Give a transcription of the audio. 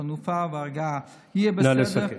חנופה והרגעה: יהיה בסדר,